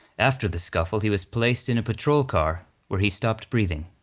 after the scuffle, he was placed in a patrol car where he stopped breathing.